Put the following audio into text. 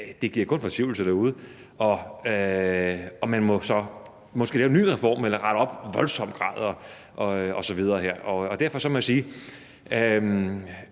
det giver kun fortvivlelse derude, og man må så måske lave en ny reform eller rette op i voldsom grad osv. Derfor må jeg sige,